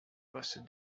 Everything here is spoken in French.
poste